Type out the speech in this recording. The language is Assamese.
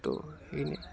ত' সেইখিনিয়েই